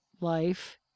life